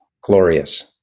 glorious